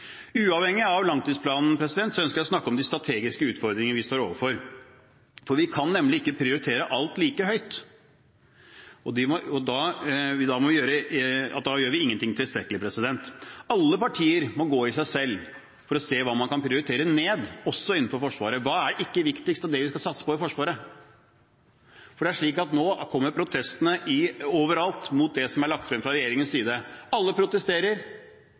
Uavhengig av langtidsplanen ønsker jeg å snakke om de strategiske utfordringene vi står overfor. Vi kan nemlig ikke prioritere alt like høyt, for da gjør vi ingen ting tilstrekkelig. Alle partier må gå i seg selv for å se hva man kan prioritere ned, også innenfor Forsvaret. Hva er ikke viktigst av det vi skal satse på i Forsvaret? Nå kommer protestene overalt mot det som er lagt frem fra regjeringens side. Alle protesterer,